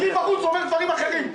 לי בחוץ הוא אומר דברים אחרים,